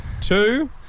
two